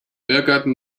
irrgarten